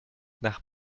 nach